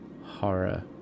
horror